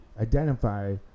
identify